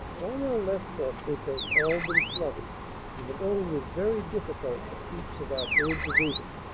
on our left front this has all been flooded and the going is very difficult for troops of our third. division.